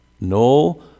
No